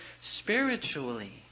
spiritually